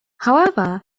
however